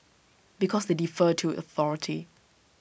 because they defer to authority